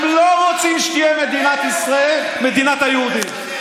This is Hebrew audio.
הם לא רוצים שתהיה מדינת ישראל מדינת היהודים,